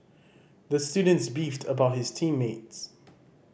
the student beefed about his team mates